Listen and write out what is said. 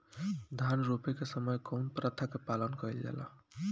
धान रोपे के समय कउन प्रथा की पालन कइल जाला?